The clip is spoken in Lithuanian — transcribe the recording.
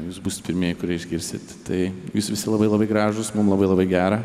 jūs būsit pirmieji kurie išgirsit tai jūs visi labai labai gražūs mum labai labai gera